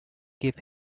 give